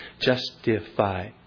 Justify